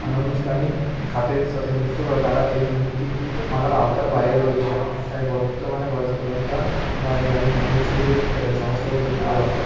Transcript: অনানুষ্ঠানিক খাতের সাথে নিযুক্ত বা তারা এই নীতিমালার আওতার বাইরে রয়েছেন তাই বর্তমানে বয়স্ক ভাতা বা এই গ্রামীণ জনগোষ্ঠীর সমস্যাগুলো দূর করা দরকার